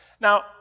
Now